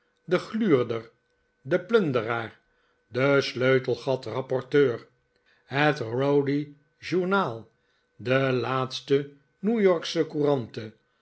de gluurderl de plunderaar de sleutelgat rapporteur het rowdy journal de laatste new yorksche couranten